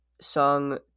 song